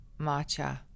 Matcha